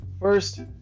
First